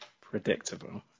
predictable